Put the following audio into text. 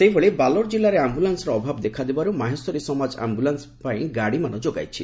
ସେହିଭଳି ବାଲୋର୍ ଜିଲ୍ଲାରେ ଆମ୍ଭୁଲାନ୍ୱର ଅଭାବ ଦେଖାଦେବାରୁ ମାହେଶ୍ୱରୀ ସମାଜ ଆମ୍ବୁଲାନ୍ୱ ପାଇଁ ଗାଡ଼ିମାନ ଯୋଗାଇଛି